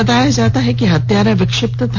बताया गया कि हत्यारा विक्षिप्त था